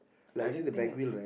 I don't think it